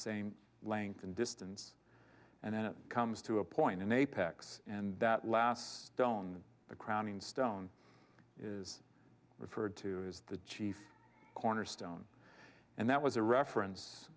same length and distance and then it comes to a point in apex and that last don't the crowning stone is referred to as the chief cornerstone and that was a reference